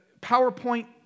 PowerPoint